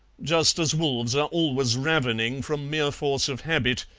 just as wolves are always ravening from mere force of habit,